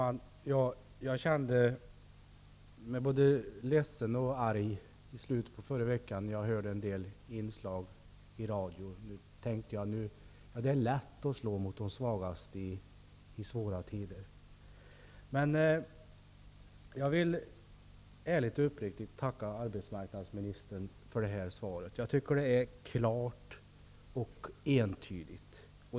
Fru talman! Jag kände mig både ledsen och arg när jag hörde en del inslag i radio i slutet av förra veckan. Jag tänkte att det är lätt att slå mot de svagaste i svåra tider. Jag vill tacka arbetsmarknadsministern ärligt och uppriktigt för det här svaret. Det är klart och entydigt.